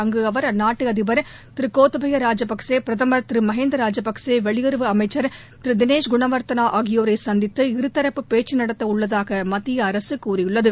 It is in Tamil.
அங்கு அவர் அந்நாட்டு அதிபர் திரு கோத்தபய ராஜபக்சே பிரதமர் திரு மஹிந்த ராஜபக்சே வெளியுறவு அமைச்சர் திரு தினேஷ் குனவர்தனா ஆகியோரர சந்தித்து இருதாப்பு பேச்சு நடத்த உள்ளதாக மத்திய அரசு தெரிவித்துள்ளது